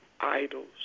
idols